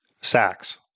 sacks